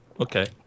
Okay